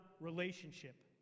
relationship